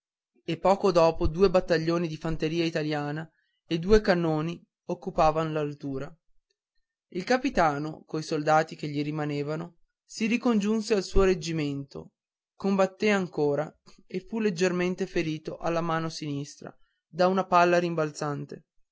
e poco dopo due battaglioni di fanteria italiana e due cannoni occupavan l'altura il capitano coi soldati che gli rimanevano si ricongiunse al suo reggimento combatté ancora e fu leggermente ferito alla mano sinistra da una palla rimbalzante